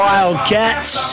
Wildcats